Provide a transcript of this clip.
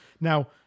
Now